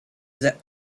are